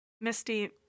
Misty